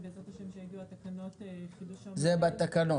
ובעזרת השם כשיגיעו התקנות לחידוש --- זה בתקנות.